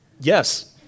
Yes